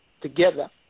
together